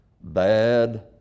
bad